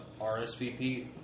RSVP